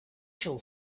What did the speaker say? shall